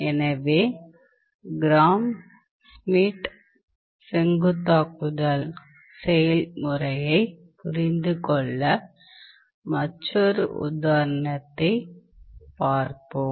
எனவே Gram Schmidt செங்குத்தாக்குதல் செயல்முறையைப் புரிந்து கொள்ள மற்றொரு உதாரணத்தைப் பார்ப்போம்